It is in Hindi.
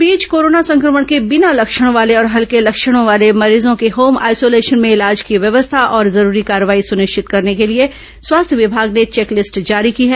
इस बीच कोरोना संक्रमण के बिना लक्षण वाले और हल्के लक्षणों वाले मरीजों के होम आइसोलेशन में इलाज की व्यवस्था और जरूरी कार्रवाई सुनिश्चित करने के लिए स्वास्थ्य विमाग ने चेकलिस्ट जारी की है